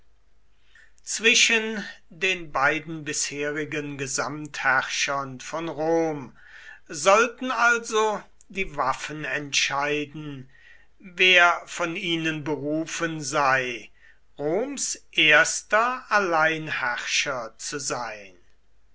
zwischen den beiden bisherigen gesamtherrschern von rom sollten also die waffen entscheiden wer von ihnen berufen sei roms erster alleinherrscher zu sein